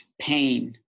pain